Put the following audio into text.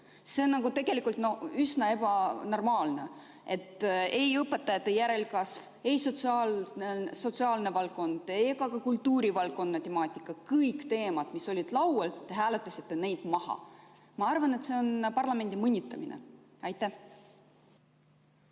See on tegelikult üsna ebanormaalne, et õpetajate järelkasv, sotsiaalvaldkond, ka kultuurivaldkond – kõik teemad, mis olid laual, te hääletasite maha. Ma arvan, et see on parlamendi mõnitamine. Aitäh!